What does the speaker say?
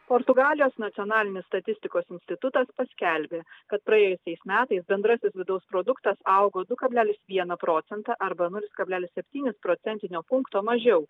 portugalijos nacionalinis statistikos institutas paskelbė kad praėjusiais metais bendrasis vidaus produktas augo du kablelis vieną procentą arba nulis kablelis septynis procentinio punkto mažiau